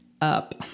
up